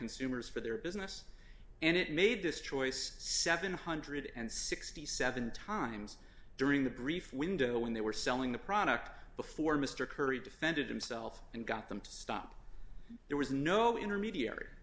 consumers for their business and it made this choice seven hundred and sixty seven times during the brief window when they were selling the product before mr curry defended himself and got them to stop there was no intermediary